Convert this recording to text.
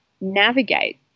navigate